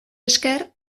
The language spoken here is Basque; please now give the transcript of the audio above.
esker